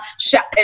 shout